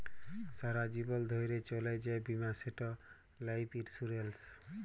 সারা জীবল ধ্যইরে চলে যে বীমা সেট লাইফ ইলসুরেল্স